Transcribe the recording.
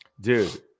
Dude